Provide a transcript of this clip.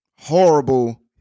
horrible